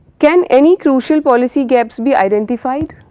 can any crucial policy gaps be identified?